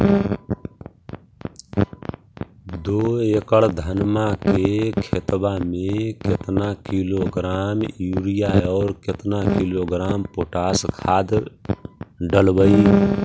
दो एकड़ धनमा के खेतबा में केतना किलोग्राम युरिया और केतना किलोग्राम पोटास खाद डलबई?